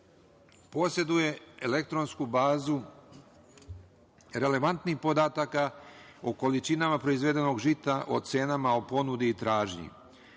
poseduje elektronsku bazu relevantnih podataka o količinama proizvedenog žita o cenama, o ponudi i tražnji. To